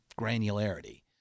granularity